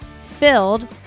filled